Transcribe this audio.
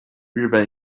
日本